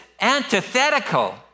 antithetical